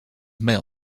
mail